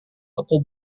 toko